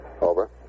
Over